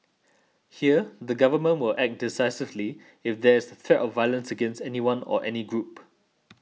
here the government will act decisively if there's threat of violence against anyone or any group